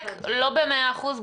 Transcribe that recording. לא במאה אחוז,